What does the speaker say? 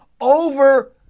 over